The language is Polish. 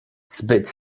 zbyt